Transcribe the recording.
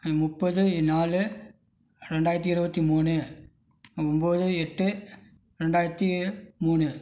முப்பது நாலு ரெண்டாயிரத்து இருபத்தி மூணு ஒம்பது எட்டு ரெண்டாயிரத்து மூணு